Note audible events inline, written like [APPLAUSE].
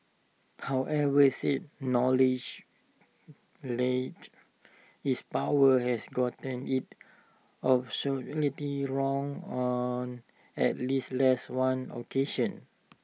however said knowledge [UNINTELLIGIBLE] is power has gotten IT absolutely wrong on at least less one occasion